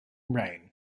rain